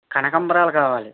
కనకాంబరాలు కావాలి